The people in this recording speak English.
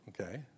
Okay